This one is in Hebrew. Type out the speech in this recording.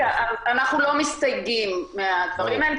אנחנו לא מסתייגים מהדברים האלה,